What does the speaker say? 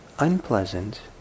Unpleasant